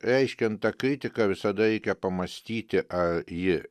reiškiant tą kritiką visada reikia pamąstyti ar ji